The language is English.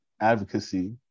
advocacy